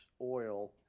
oil